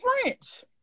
French